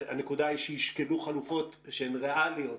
הנקודה היא שישקלו חלופות שהן ריאליות,